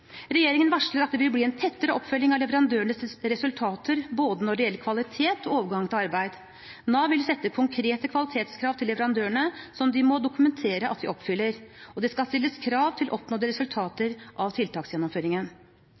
Regjeringen varsler at det vil bli en tettere oppfølging av leverandørenes resultater både når det gjelder kvalitet og overgang til arbeid. Nav vil sette konkrete kvalitetskrav til leverandørene som de må dokumentere at de oppfyller. Det skal stilles krav til oppnådde resultater av tiltaksgjennomføringen.